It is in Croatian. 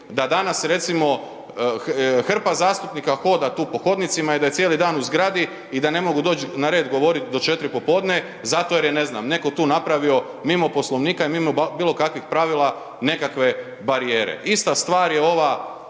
da danas recimo hrpa zastupnika hoda tu po hodnicima i da je cijeli dan u zgradi i da ne mogu doć na red govorit do 4 popodne zato jer je ne znam, neko tu napravio mimo Poslovnika i mimo bilo kakvih pravila nekakve barijere. Ista stvar je ova